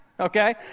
okay